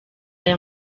aya